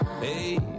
Hey